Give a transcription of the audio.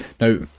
Now